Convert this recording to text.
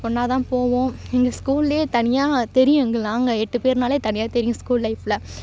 ஒன்னாக தான் போவோம் எங்கள் ஸ்கூல்லேயே தனியாக தெரியும் எங்கள் நாங்கள் எட்டு பேர்னாலே தனியாக தெரியும் ஸ்கூல் லைஃப்பில்